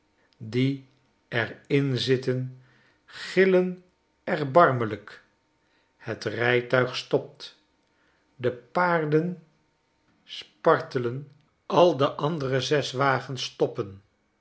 die er in zitten gillen erbarmelijk het rijtuig stopt de paarden spartelen al de andere zes wagens stoppen